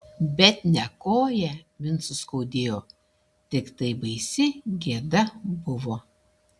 bet ne koją vincui skaudėjo tiktai baisi gėda buvo